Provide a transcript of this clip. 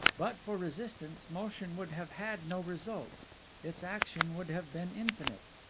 but for resistance, motion would have had no results its action would have been infinite.